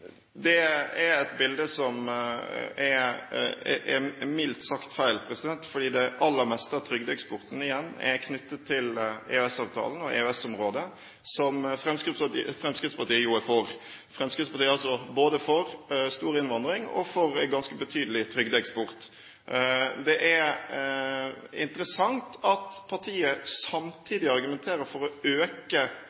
Det er et bilde som mildt sagt er feil fordi det aller meste av trygdeeksporten igjen er knyttet til EØS-avtalen og EØS-området, som Fremskrittspartiet jo er for. Fremskrittspartiet er altså både for stor innvandring og for ganske betydelig trygdeeksport. Det er interessant at partiet